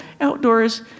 Outdoors